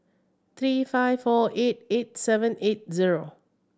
three five four eight eight seven eight zero